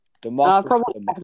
Democracy